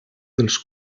dels